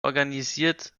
organisiert